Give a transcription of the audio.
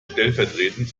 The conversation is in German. stellvertretend